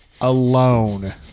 alone